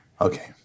Okay